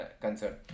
concern